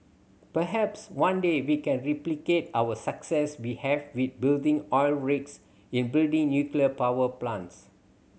perhaps one day we can replicate our success we have with building oil rigs in building nuclear power plants